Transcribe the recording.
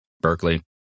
Berkeley